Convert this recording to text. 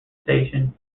station